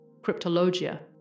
Cryptologia